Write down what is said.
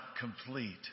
complete